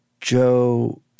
Joe